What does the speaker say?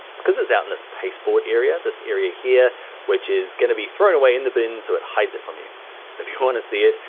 it's cuz it's out in this space board area, this area here which is gonna be thrown away in the bin, so it hides it from from you. so if you wanna see it,